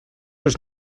els